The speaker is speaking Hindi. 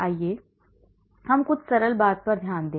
आइए हम कुछ सरल बात पर ध्यान दें